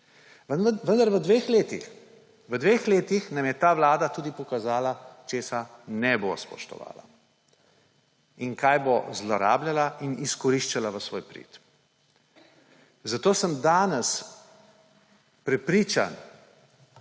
Vendar v dveh letih nam je ta vlada tudi pokazala, česa ne bo spoštovala in kaj bo zlorabljala in izkoriščala v svoj prid. Zato sem danes prepričan,